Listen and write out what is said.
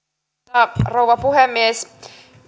arvoisa rouva puhemies